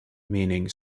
meaning